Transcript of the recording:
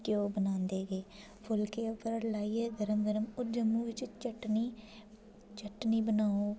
घ्योऽ बनांदे गे फुल्के उप्पर लाइयै गरम गरम होर जम्मू बिच चटनी चटनी बनाओ